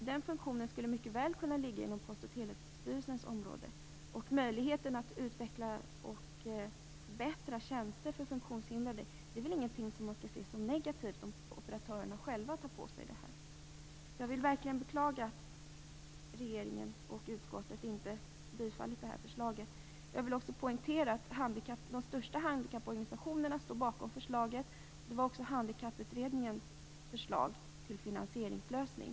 Den funktionen skulle mycket väl kunna ligga inom Post och telestyrelsens område. Det väl ingenting som skall ses som negativt om operatörerna själva tog på sig ansvaret för att utveckla och förbättra tjänster för funktionshindrade. Jag vill verkligen beklaga att regeringen och utskottet inte tillstyrkt förslaget. Jag vill också poängtera att de största handikapporganisationerna står bakom detta förslag, som också var Handikapputredningens förslag till finansieringslösning.